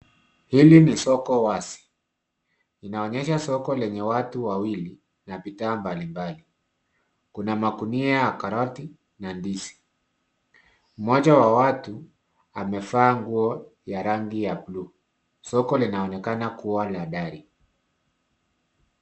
Hili ni soko wazi. Inaonyesha soko lenye watu wawili na bidhaa mbalimbali. Kuna magunia ya karoti na ndizi. Mmoja wa watu amevaa nguo ya rangi ya bluu. Soko linaonekana kuwa la dari.